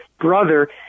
brother